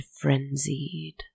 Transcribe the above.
frenzied